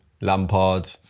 Lampard